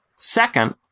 Second